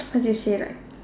how do you say like